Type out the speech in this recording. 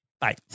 Bye